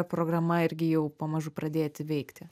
programa irgi jau pamažu pradėti veikti